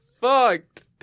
fucked